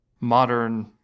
modern